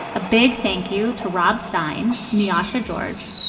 a big thank you to rob stein, nyasha george,